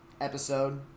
episode